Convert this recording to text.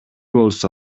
болсо